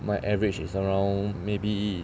my average is around maybe